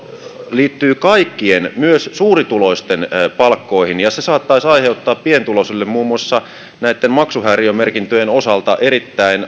liittyy kaikkien myös suurituloisten palkkoihin ja se saattaisi aiheuttaa pienituloisille muun muassa näitten maksuhäiriömerkintöjen osalta erittäin